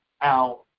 out